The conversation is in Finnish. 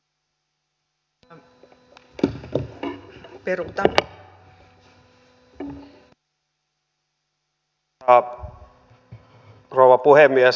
arvoisa rouva puhemies